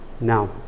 Now